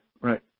right